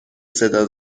صدا